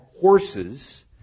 horses